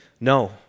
No